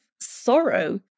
sorrow